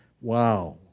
Wow